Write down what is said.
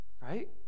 Right